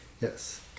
Yes